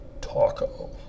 taco